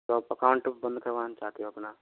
तो आप अकाउंट बंद करवाना चाहते हो अपना